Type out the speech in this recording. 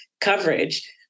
coverage